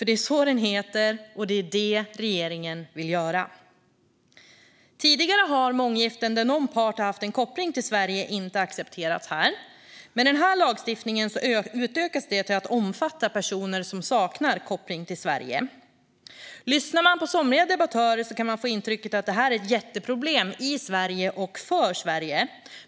Det är så den heter, och det är det regeringen vill införa. Tidigare har månggiften där någon part haft en koppling till Sverige inte accepterats här. Med den här lagstiftningen utökas detta till att omfatta personer som saknar koppling till Sverige. Lyssnar man på somliga debattörer kan man få intrycket att det här är ett jätteproblem i Sverige och för Sverige.